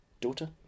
daughter